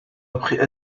après